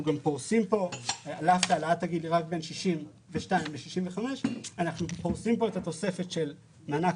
אנחנו גם פורסים כאן העלאת הגיל בין 62 ל-65 את התוספת של מענק